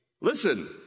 Listen